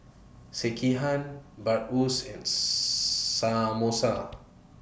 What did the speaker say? Sekihan Bratwurst and Samosa